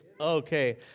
Okay